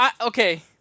Okay